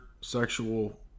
sexual